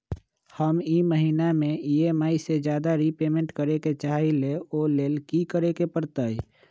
हम ई महिना में ई.एम.आई से ज्यादा रीपेमेंट करे के चाहईले ओ लेल की करे के परतई?